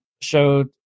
showed